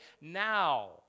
now